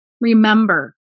Remember